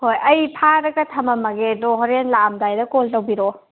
ꯍꯣꯏ ꯑꯩ ꯐꯥꯔꯒ ꯊꯝꯃꯝꯃꯒꯦ ꯑꯗꯣ ꯍꯣꯔꯦꯟ ꯂꯥꯛꯑꯝꯗꯥꯏꯗ ꯀꯣꯜ ꯇꯧꯕꯤꯔꯛꯑꯣ